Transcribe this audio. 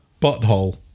butthole